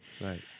Right